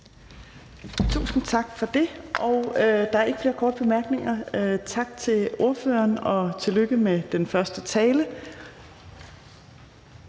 Tusind tak for det. Der er ikke flere korte bemærkninger. Tak til ordføreren, og tillykke med den første tale.